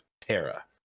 Terra